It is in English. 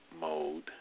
mode